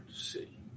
see